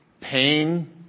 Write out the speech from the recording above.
Pain